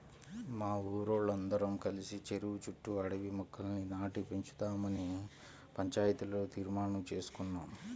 మా ఊరోల్లందరం కలిసి చెరువు చుట్టూ అడవి మొక్కల్ని నాటి పెంచుదావని పంచాయతీలో తీర్మానించేసుకున్నాం